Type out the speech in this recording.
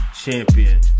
Champion